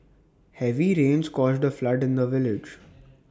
heavy rains caused A flood in the village